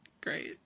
great